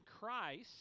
Christ